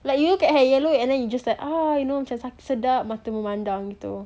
like you look at yellow then you just like oh you know sedap mata memandang gitu